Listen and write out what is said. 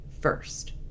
first